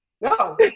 No